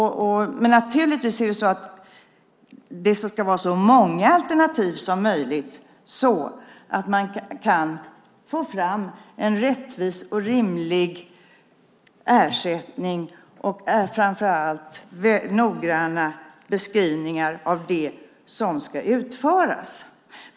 Men naturligtvis är det så att det ska vara så många alternativ som möjligt så att man kan få fram en rättvis och rimlig ersättning och framför allt noggranna beskrivningar av det som ska utföras.